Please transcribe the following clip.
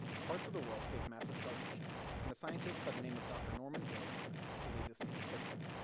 parts of the world faced massive starvation, and a scientist by the name of dr. norman borlaug believed this needed fixing.